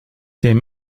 dem